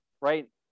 right